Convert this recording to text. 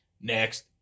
Next